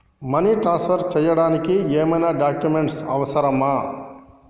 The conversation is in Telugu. మనీ ట్రాన్స్ఫర్ చేయడానికి ఏమైనా డాక్యుమెంట్స్ అవసరమా?